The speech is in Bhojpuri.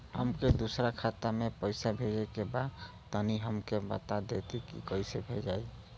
हमके दूसरा खाता में पैसा भेजे के बा तनि हमके बता देती की कइसे भेजाई?